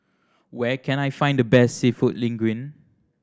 where can I find the best Seafood Linguine